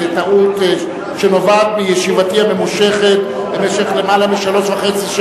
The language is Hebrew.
זו טעות שנובעת מישיבתי הממושכת במשך יותר משלוש שעות וחצי,